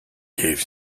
caves